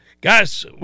guys